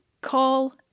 call